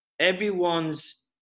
everyone's